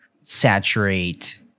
saturate